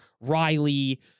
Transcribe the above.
Riley